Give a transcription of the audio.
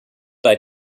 bei